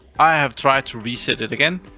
i have tried to reset it again.